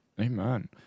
Amen